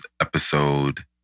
episode